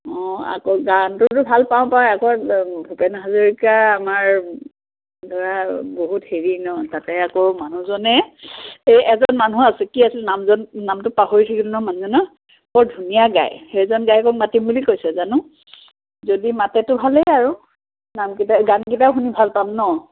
অঁ আকৌ গানটোতো ভাল পাওঁ বাৰু আকৌ ভূপেন হাজৰিকা আমাৰ ল'ৰাৰ বহুত হেৰি ন তাতে আকৌ মানুহজনে সেই এজন মানুহ আছিল কি আছিল নামজন নামটো পাহৰি থাকিলোঁ নহয় মানুহজনৰ বৰ ধুনীয়া গায় সেইজন গায়কক মাতিম বুলি কৈছে জানো যদি মাতেতো ভালেই আৰু নামকেইটা গানকেইটাও শুনি ভাল পাম ন